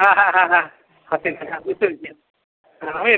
হ্যাঁ হ্যাঁ হ্যাঁ হ্যাঁ হাতের হ্যাঁ বুঝতে পেরেছি আমি